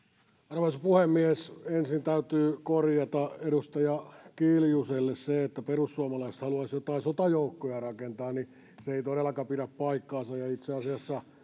arvoisa puhemies ensin täytyy korjata edustaja kiljuselle se että perussuomalaiset haluaisivat jotain sotajoukkoja rakentaa se ei todellakaan pidä paikkaansa itse asiassa